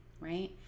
right